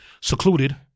secluded